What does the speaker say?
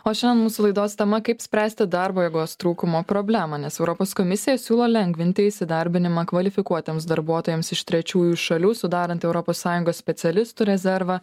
o šianien mūsų laidos tema kaip spręsti darbo jėgos trūkumo problemą nes europos komisija siūlo lengvinti įsidarbinimą kvalifikuotiems darbuotojams iš trečiųjų šalių sudarant europos sąjungos specialistų rezervą